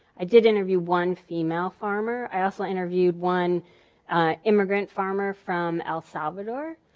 i did interview one female farmer, i also interviewed one immigrant farmer from el salvador.